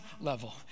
level